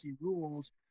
rules